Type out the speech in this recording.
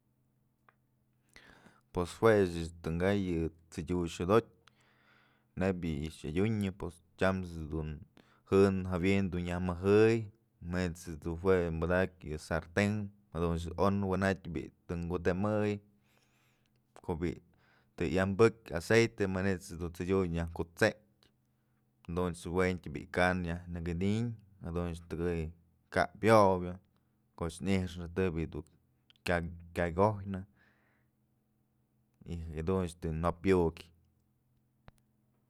Pues jue ëch tën ka'ay yë tsëdiuty xëdotyë, neyb a'ax yë adyunyë pos tyams dun jën jawi'in dun nyaj mëjëy manyt's dun jue padakyë yë sarten jadunch du on wenatyë bi'i të kudemëy ko'o bi'i të yambëk aceite manyt's tsëdiuty tën nyak kut'setnë dunt's wentyë bi'i kan nyak nëkëni'in, jaduch tëkëy kapyobyë koch nyxnë të bi'i dun kyay kyojnë y jadunch tën jop iukyë.